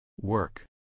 work